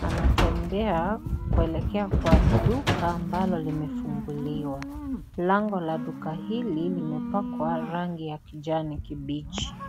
anatembea kuelekea kwa duka ambalo limefunguliwa. Lango la duka hili limepakwa rangi ya kijani kibichi.